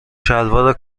شلوار